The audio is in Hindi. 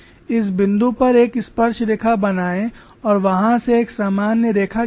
इस बिंदु पर एक स्पर्शरेखा बनाएं और वहां से एक सामान्य रेखा गिरा दें